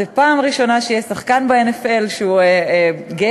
זו הפעם הראשונה שיהיה שחקן ב-NFL שהוא גיי.